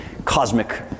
Cosmic